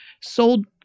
sold